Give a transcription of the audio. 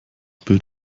bild